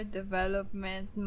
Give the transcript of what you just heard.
development